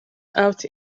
out